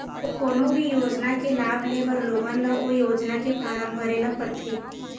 कोनो भी योजना के लाभ लेबर लोगन ल ओ योजना के फारम भरे ल परथे